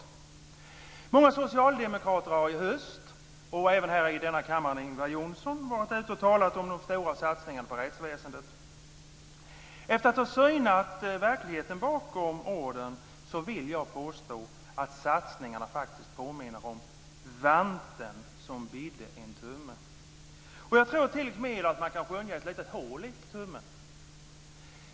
Många socialdemokrater har i höst varit ute och talat om de stora satsningarna på rättsväsendet. Och det har även Ingvar Johnsson gjort här i denna kammare. Efter att ha synat verkligheten bakom orden vill jag påstå att satsningarna faktiskt påminner om vanten som bidde en tumme. Jag tror t.o.m. att man kan skönja ett litet hål i tummen.